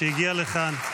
שהגיע לכאן.